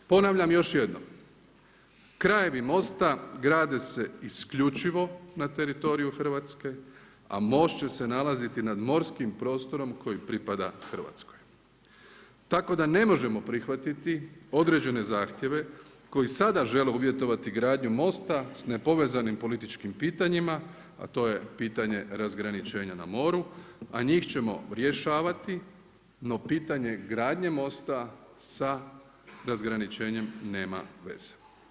Ponavljam još jednom krajevi mosta grade se isključivo na teritoriju Hrvatske, a most će se nalazi nad morskim prostorom koji pripada Hrvatskoj. tako da ne može prihvatiti određene zahtjeve koji sada žele uvjetovati gradnji mosta s nepovezanim političkim pitanjima to je pitanje razgraničenja na moru a njih ćemo rješavati, no pitanje gradnje mosta sa razgraničenjem nema veze.